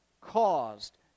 caused